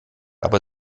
aber